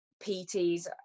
PTs